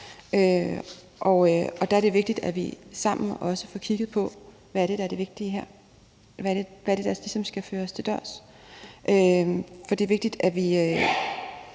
og der er det vigtigt, at vi sammen også får kigget på, hvad der er det vigtige her, og hvad det ligesom er, der skal føres til dørs. For det er vigtigt, at vi